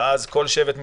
ואז כל שבט מתגונן,